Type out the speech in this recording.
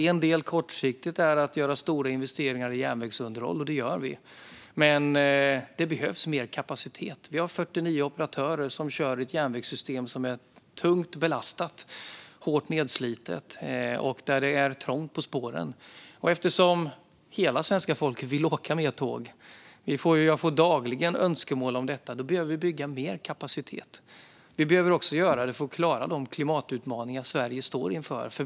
En kortsiktig del är att göra stora investeringar i järnvägsunderhåll, och det gör vi, men det behövs mer kapacitet. Vi har 49 operatörer som kör i ett järnvägssystem som är tungt belastat och hårt nedslitet, och det är trångt på spåren. Eftersom hela svenska folket vill åka mer tåg - jag får dagligen önskemål om detta - behöver vi bygga mer kapacitet. Vi behöver också göra det för att klara de klimatutmaningar Sverige står inför.